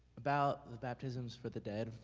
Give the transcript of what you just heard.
about the baptisms for the dead.